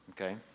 Okay